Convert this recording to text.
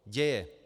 Děje!